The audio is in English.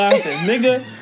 nigga